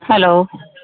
hello